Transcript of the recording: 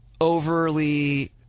overly